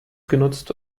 genutzt